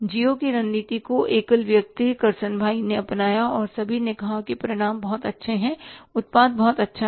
Jio की रणनीति को एकल व्यक्ति करसनभाई ने अपनाया और सभी ने कहा कि परिणाम बहुत अच्छे हैं उत्पाद बहुत अच्छे हैं